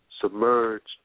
submerged